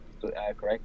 correct